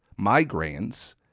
migraines